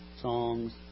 songs